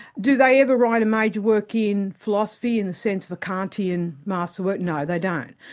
do they ever write a major work in philosophy in the sense of a kantian master work? no, they don't.